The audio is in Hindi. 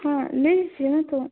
हाँ नहीं